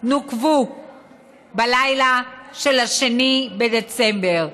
נוקבו בלילה של 2 בדצמבר,